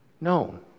No